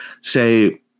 say